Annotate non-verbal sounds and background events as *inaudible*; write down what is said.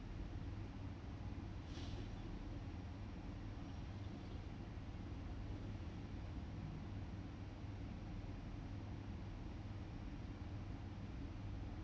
*breath*